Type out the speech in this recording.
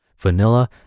vanilla